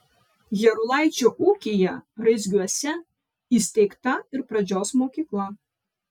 jarulaičio ūkyje raizgiuose įsteigta ir pradžios mokykla